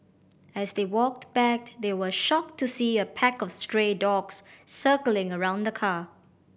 as they walked back they were shocked to see a pack of stray dogs circling around the car